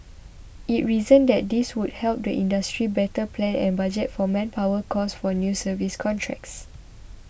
it reasoned that this would help the industry better plan and budget for manpower costs for new service contracts